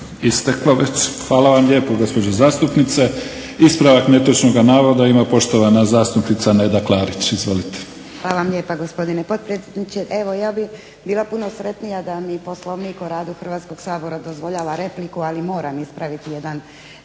isteklo već. Hvala vam lijepo gospođo zastupnice. Ispravak netočnog navoda ima poštovana zastupnica Neda Klarić. Izvolite. **Klarić, Nedjeljka (HDZ)** Hvala vam lijepa gospodine potpredsjedniče. Evo ja bih bila puno sretnija da mi poslovnik o radu Hrvatskog sabora dozvoljava repliku, ali moram ispraviti jedan